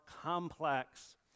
complex